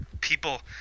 people